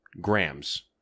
grams